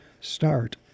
start